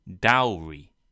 Dowry